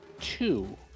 two